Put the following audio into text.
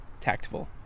Tactful